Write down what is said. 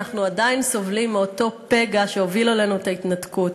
אנחנו עדיין סובלים מאותו פגע שהוביל אלינו את ההתנתקות.